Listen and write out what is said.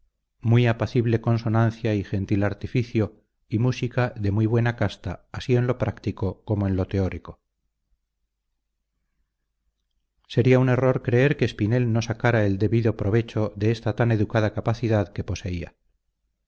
muy apacible consonancia y gentil artificio y música de muy buena casta así en lo práctico como en lo teórico sería un error creer que espinel no sacara el debido provecho de esta tan educada capacidad que poseía